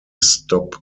stop